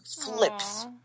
flips